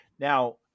Now